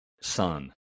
son